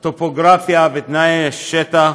טופוגרפיה ותנאי השטח,